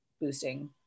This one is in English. boosting